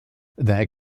their